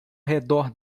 redor